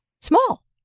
Small